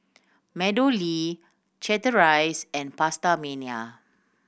MeadowLea Chateraise and PastaMania